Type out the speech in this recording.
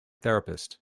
therapist